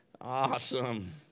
Awesome